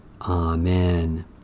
Amen